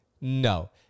no